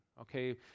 okay